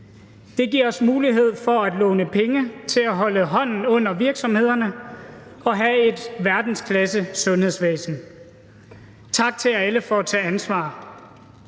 Det giver os mulighed for at låne penge til at holde hånden under virksomhederne og have et verdensklassesundhedsvæsen. Tak til alle for at tage ansvar.